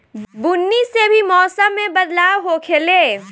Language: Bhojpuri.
बुनी से भी मौसम मे बदलाव होखेले